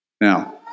Now